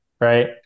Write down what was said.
Right